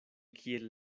kiel